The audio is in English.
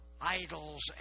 idols